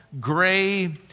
gray